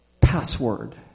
password